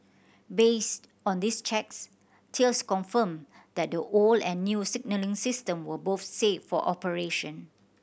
based on these checks Thales confirmed that the old and new signalling system were both safe for operation